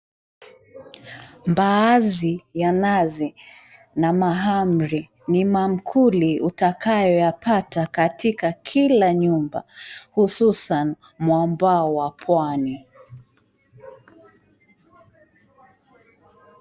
Mbaazi ya nazi, na mahamri, ni maakuli utakayoyapata katika kila nyumba. Hususan mwambao wa pwani.